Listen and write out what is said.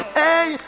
hey